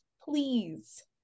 please